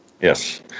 Yes